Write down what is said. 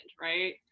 right